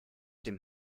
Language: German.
dem